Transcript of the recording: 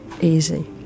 easy